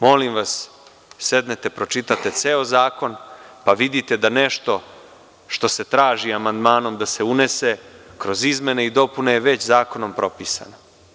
Molim vas, sednete, pročitate ceo zakon, pa vidite da nešto što se traži amandmanom da se unese kroz izmene i dopune je već zakonom propisano.